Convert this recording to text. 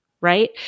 right